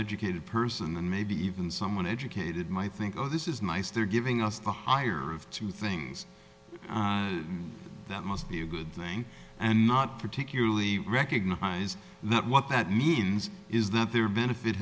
educating person and maybe even someone educated my think oh this is nice they're giving us the higher of two things that must be a good thing and not particularly recognize that what that means is that their benefit